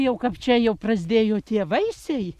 jau kap čia jau prasdėjo tie vaisiai